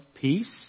peace